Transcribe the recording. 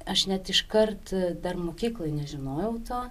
aš net iškart dar mokykloj nežinojau to